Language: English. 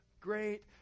Great